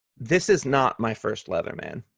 this is not my first leatherman.